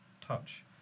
touch